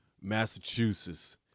Massachusetts